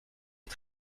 est